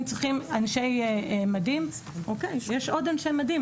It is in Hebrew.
אם צריכים אנשי מדים, יש עוד אנשי מדים.